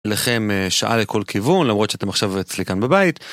שעה לכל כיוון למרות שאתם עכשיו אצלי כאן בבית